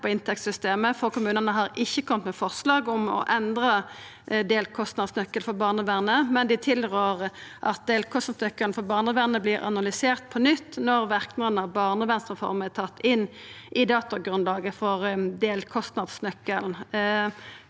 kommunane, har ikkje kome med forslag om å endra delkostnadsnøkkelen for barnevern, men dei tilrår at delkostnadsnøkkelen for barnevern vert analysert på nytt når verknadene av barnevernsreforma er tatt inn i datagrunnlaget for delkostnadsnøkkelen.